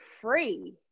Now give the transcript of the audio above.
free